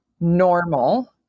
normal